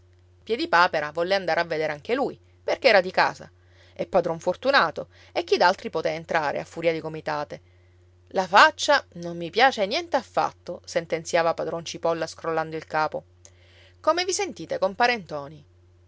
va piedipapera volle andare a vedere anche lui perché era di casa e padron fortunato e chi d'altri poté entrare a furia di gomitate la faccia non mi piace niente affatto sentenziava padron cipolla scrollando il capo come vi sentite compare ntoni